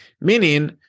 meaning